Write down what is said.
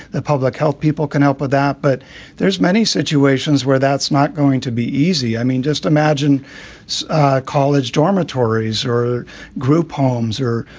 the public health people can help with that. but there's many situations where that's not going to be easy. i mean, just imagine college dormitories or group homes or,